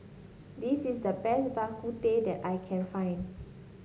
this is the best Bak Kut Teh that I can find